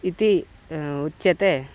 इति उच्यते